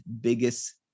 biggest